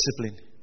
discipline